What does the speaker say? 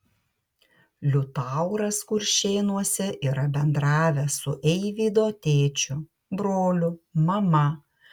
liutauras kuršėnuose yra bendravęs su eivydo tėčiu broliu mama